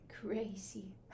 Crazy